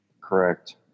correct